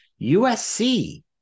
USC